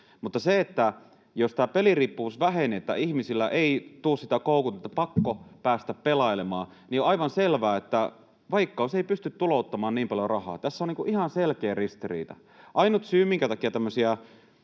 mutta jos peliriippuvuus vähenee, niin että ihmisille ei tule sitä koukkua, että pakko päästä pelailemaan, niin on aivan selvää, että Veikkaus ei pysty tulouttamaan niin paljon rahaa. Tässä on ihan selkeä ristiriita. Syy, minkä takia tämmöisiä